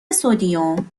سدیم